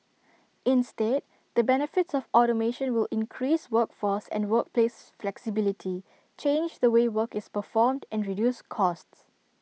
instead the benefits of automation will increase workforce and workplace flexibility change the way work is performed and reduce costs